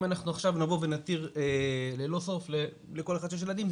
אם אנחנו נבוא ונתיר ללא סוף למי שיש ילדים,